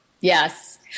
Yes